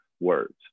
words